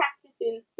practicing